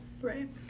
Right